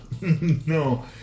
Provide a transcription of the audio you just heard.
No